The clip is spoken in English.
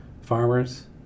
farmers